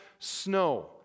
snow